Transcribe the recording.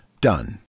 done